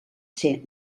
ser